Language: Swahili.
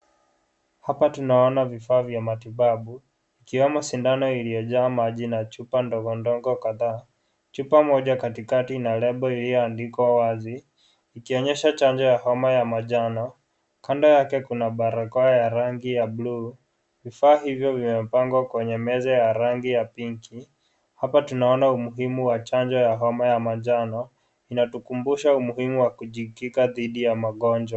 Hapa tunaona vifaa vya matibabu, ikiwemo sindano iliyojaa maji na chupa ndogo ndogo kadhaa. Chupa moja katikati ina label iliyoandikwa wazi. Ikionyesha chanjo ya homa ya manjano. Kando yake kuna balakoa ya rangi ya blue .Vifaa hivyo vimepangwa kwenye meza ya rangi ya pink .Hapa tunaona umuhimu wa chanjo ya manjano, inatukumbusha umuhimu wa kujikinga dhidi ya magonjwa.